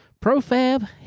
ProFab